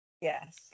Yes